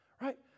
right